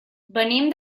venim